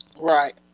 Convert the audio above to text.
Right